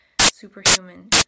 superhuman